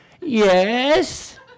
Yes